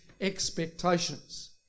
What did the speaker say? expectations